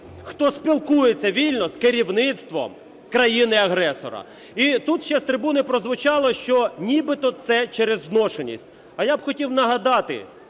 хто спілкується вільно з керівництвом країни-агресора. І тут ще з трибуни прозвучало, що нібито це через зношеність. А я б хотів нагадати